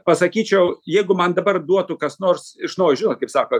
pasakyčiau jeigu man dabar duotų kas nors iš naujo žinot kaip sako